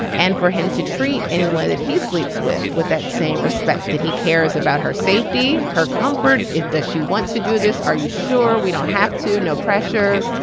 and for him to treat way that he sleeps with with that same respect that he cares about her safety her comfort it does she want to do this. are you sure we don't have to. no pressure.